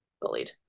bullied